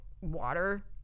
water